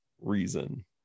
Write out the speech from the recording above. reason